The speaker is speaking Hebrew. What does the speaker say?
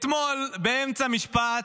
אתמול באמצע משפט,